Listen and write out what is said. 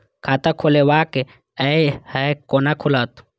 खाता खोलवाक यै है कोना खुलत?